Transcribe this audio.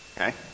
okay